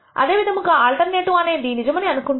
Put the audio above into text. అదే విధముగా ఆల్టర్నేటివ్ అనేది నిజమని అనుకుంటే